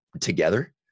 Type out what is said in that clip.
together